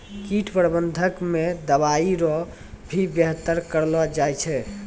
कीट प्रबंधक मे दवाइ रो भी वेवहार करलो जाय छै